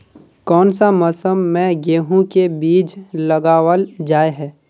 कोन सा मौसम में गेंहू के बीज लगावल जाय है